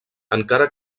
encara